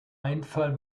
einfall